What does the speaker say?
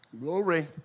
Glory